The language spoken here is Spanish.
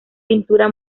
pintura